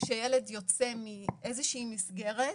שילד יוצא מאיזושהי מסגרת